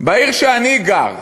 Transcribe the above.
בעיר שאני גר,